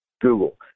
Google